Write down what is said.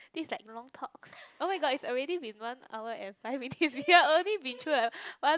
this is like long talks oh-my-god it's already been one hour and five minutes we are only been through like one